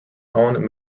own